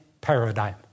paradigm